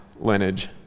lineage